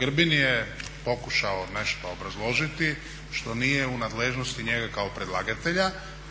Grbin je pokušao nešto obrazložiti što nije u nadležnosti njega kao predlagatelja